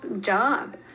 job